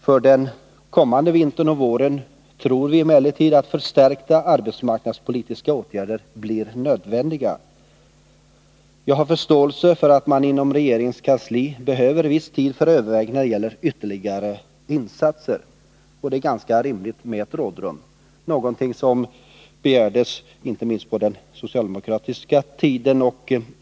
För den kommande vintern och våren tror vi emellertid att förstärkta arbetsmarknadspolitiska åtgärder blir nödvändiga. Jag har förståelse för att man inom regeringens kansli behöver viss tid för överväganden när det gäller ytterligare insatser, och det är ganska rimligt med ett rådrum, någonting som begärdes inte minst under den socialdemokratiska regeringstiden.